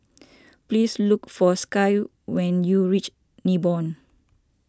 please look for Skye when you reach Nibong